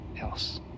else